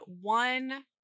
one